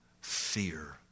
fear